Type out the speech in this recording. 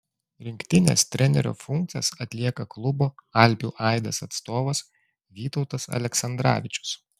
rinktinės trenerio funkcijas atlieka klubo alpių aidas atstovas vytautas aleksandravičius